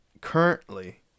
currently